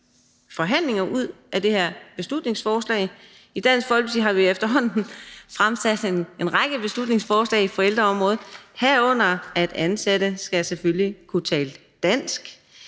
forhandlinger ud af det her beslutningsforslag. I Dansk Folkeparti har vi efterhånden fremsat en række beslutningsforslag på ældreområdet, herunder at ansatte selvfølgelig skal kunne tale dansk.